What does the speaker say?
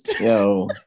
yo